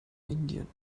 indien